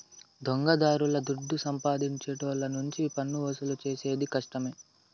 దొంగదారుల దుడ్డు సంపాదించేటోళ్ళ నుంచి పన్నువసూలు చేసేది కష్టమే